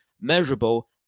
measurable